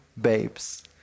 babes